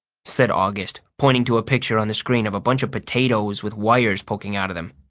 said august, pointing to a picture on the screen of a bunch of potatoes with wires poking out of them.